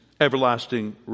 Everlasting